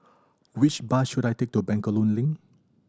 which bus should I take to Bencoolen Link